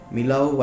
Milau